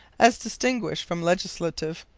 as distinguished from legislative.